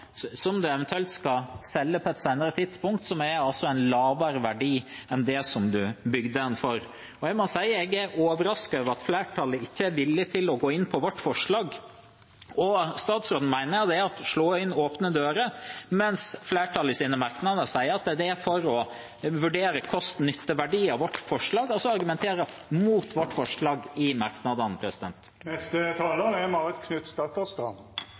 som en eventuelt skal selge på et senere tidspunkt, til en lavere verdi enn en bygde den for. Jeg må si jeg er overrasket over at flertallet ikke er villig til å gå inn for vårt forslag. Statsråden mener at det er å slå inn åpne dører, mens flertallet i sine merknader sier at de er for å vurdere kost-nytte-verdien av vårt forslag, og så argumenterer de mot vårt forslag i merknadene.